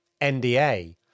NDA